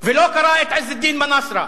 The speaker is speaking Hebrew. ולא קרא את עז א-דין מנסורה.